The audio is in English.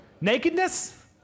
Nakedness